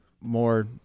more